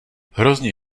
hrozně